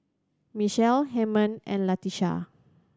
Michelle Hymen and Latesha